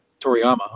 Toriyama